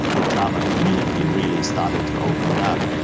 the java community really started to open up, and